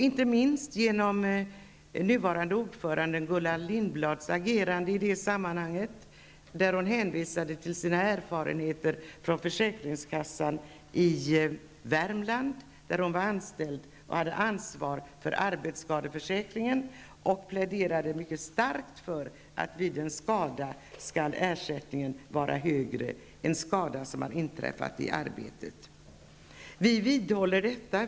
Inte minst nuvarande ordföranden Gullan Lindblad, som kunde hänvisa till sina erfarenheter från försäkringskassan i Värmland där hon varit anställd och haft ansvar för arbetsskadeförsäkringen, har pläderat mycket starkt för att högre ersättning bör utgå för en skada som inträffat i arbetet. Vi vidhåller detta.